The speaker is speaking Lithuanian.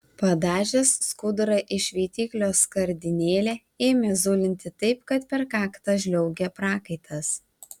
padažęs skudurą į šveitiklio skardinėlę ėmė zulinti taip kad per kaktą žliaugė prakaitas